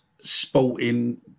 sporting